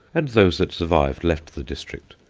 and those that survived left the district,